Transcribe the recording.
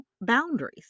boundaries